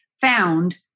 found